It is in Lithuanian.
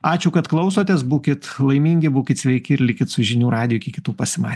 ačiū kad klausotės būkit laimingi būkit sveiki ir likit su žinių radiju iki kitų pasima